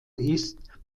ist